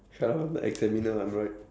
shut up I'm the examiner I'm right